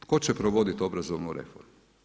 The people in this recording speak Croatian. Tko će provodit obrazovnu reformu?